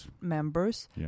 members